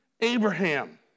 Abraham